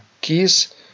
keys